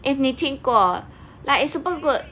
if 你听过 like it's super good